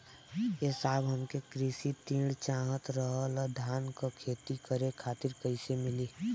ए साहब हमके कृषि ऋण चाहत रहल ह धान क खेती करे खातिर कईसे मीली?